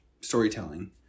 storytelling